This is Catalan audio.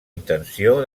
intenció